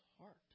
heart